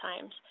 times